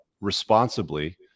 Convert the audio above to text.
responsibly